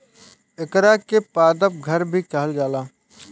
एकरा के पादप घर भी कहल जाला